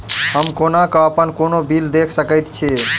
हम कोना कऽ अप्पन कोनो बिल देख सकैत छी?